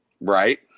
Right